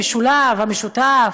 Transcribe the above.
המשולב, המשותף,